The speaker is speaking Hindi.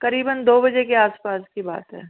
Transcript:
करीबन दो बजे के आस पास की बात है